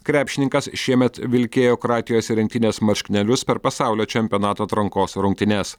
krepšininkas šiemet vilkėjo kroatijos rinktinės marškinėlius per pasaulio čempionato atrankos rungtynes